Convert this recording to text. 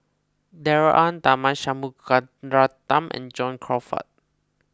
Darrell Ang Tharman Shanmugaratnam and John Crawfurd